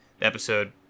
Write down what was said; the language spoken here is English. episode